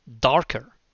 darker